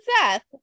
Seth